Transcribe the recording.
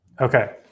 Okay